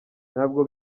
ntabwo